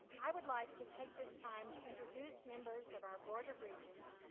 i would like to take this time to introduce members of our board of regents,